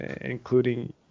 including